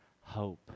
hope